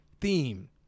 theme